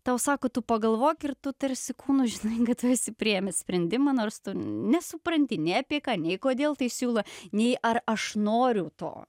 tau sako tu pagalvok ir tu tarsi kūnu žinai kad visi priėmė sprendimą nors tu nesupranti nei apie ką nei kodėl tai siūlo nei ar aš noriu to